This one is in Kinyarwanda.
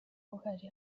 uhari